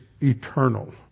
eternal